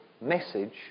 message